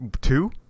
two